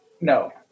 No